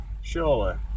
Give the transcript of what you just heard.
Surely